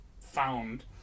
found